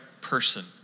person